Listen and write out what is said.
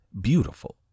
beautiful